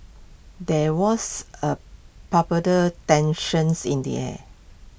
there was A palpable tensions in the air